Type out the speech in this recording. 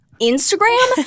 Instagram